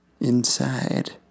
inside